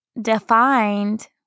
defined